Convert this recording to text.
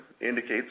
indicates